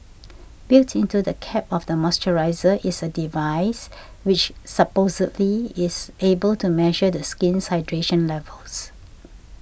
built into the cap of the moisturiser is a device which supposedly is able to measure the skin's hydration levels